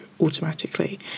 automatically